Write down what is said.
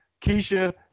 Keisha